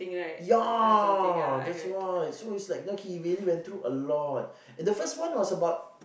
ya that's why so it's like like he really went through a lot the first one was about